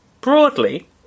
broadly